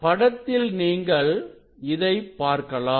படத்தில் நீங்கள் இதை பார்க்கலாம்